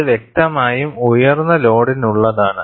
ഇത് വ്യക്തമായും ഉയർന്ന ലോഡിനുള്ളതാണ്